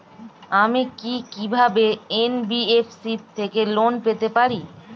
আমি কি কিভাবে এন.বি.এফ.সি থেকে লোন পেতে পারি?